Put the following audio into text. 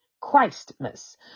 Christmas